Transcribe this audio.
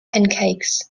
pancakes